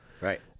Right